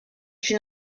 une